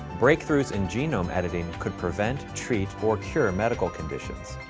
breakthroughs in genome editing could prevent, treat, or cure medical conditions,